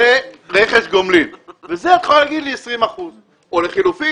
זה רכש גומלין וכאן את יכולה לומר לי 20 אחוזים או לחילופין,